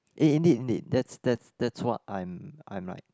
eh indeed indeed that's that's that's what I'm I'm right